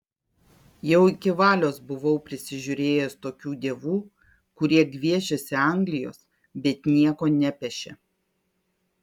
jau iki valios buvau prisižiūrėjęs tokių dievų kurie gviešėsi anglijos bet nieko nepešė